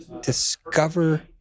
discover